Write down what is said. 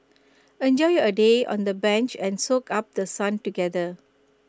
enjoy A day on the bench and soak up The Sun together